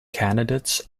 candidates